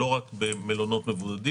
לא רק במלונות מבודדים,